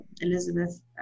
Elizabeth